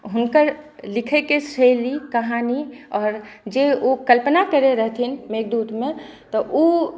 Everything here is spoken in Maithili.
हुनकर लिखैके शैली कहानी आओर जे ओ कल्पना करै रहथिन मेघदूतमे तऽ ओ